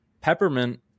Peppermint